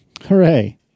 Hooray